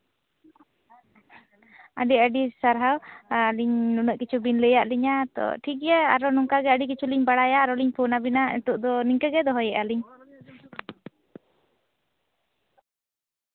ᱟᱹᱰᱤᱼᱟᱹᱰᱤ ᱥᱟᱨᱦᱟᱣ ᱮᱸ ᱟᱞᱤᱧ ᱱᱩᱱᱟᱹᱜ ᱠᱤᱪᱷᱩ ᱵᱤᱱ ᱞᱟᱹᱭᱟᱫ ᱞᱤᱧᱟᱹ ᱛᱚ ᱴᱷᱤᱠᱜᱮᱭᱟ ᱱᱚᱝᱠᱟ ᱜᱮ ᱟᱨᱚ ᱟᱹᱰᱤ ᱠᱤᱪᱷᱩᱞᱤᱧ ᱵᱟᱲᱟᱭᱟ ᱟᱨᱚᱞᱤᱧ ᱯᱷᱳᱱᱟᱵᱤᱱᱟ ᱱᱤᱛᱳᱜ ᱫᱚ ᱱᱤᱝᱠᱟᱹᱜᱮ ᱫᱚᱦᱚᱭᱮᱫᱼᱟ ᱞᱤᱧ